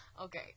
Okay